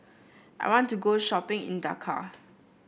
I want to go shopping in Dakar